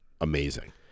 amazing